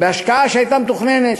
בהשקעה שהייתה מתוכננת,